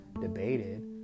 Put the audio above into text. debated